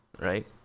right